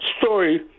story